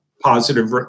positive